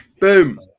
boom